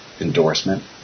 endorsement